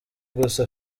gusa